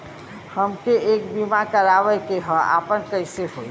हमके एक बीमा करावे के ह आपन कईसे होई?